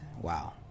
wow